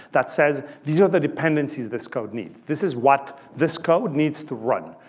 that says these are the dependencies this code needs. this is what this code needs to run,